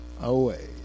Away